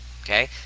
okay